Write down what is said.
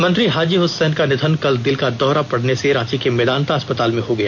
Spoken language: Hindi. मंत्री हाजी हसैन का निधन कल दिल का दौरा पड़ने से रांची के मेदांता अस्पताल में हो गया